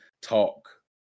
talk